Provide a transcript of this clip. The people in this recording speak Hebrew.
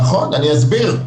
אני אסביר.